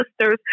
sisters